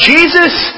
Jesus